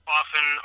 often